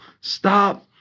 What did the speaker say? stop